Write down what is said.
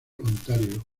ontario